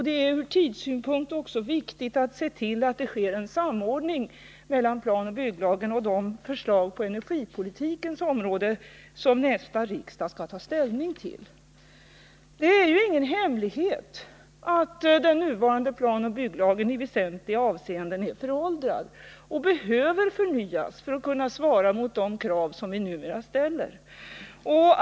Det är också ur tidssynpunkt viktigt att se till att det blir en samordning mellan planoch bygglagen och de förslag på energipolitikens område som nästa riksmöte skall ta ställning till. Det är ju ingen hemlighet att den nuvarande planoch bygglagen i väsentliga avseenden är föråldrad och behöver förnyas, så att den svarar mot de krav som vi numera ställer.